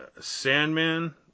sandman